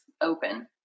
open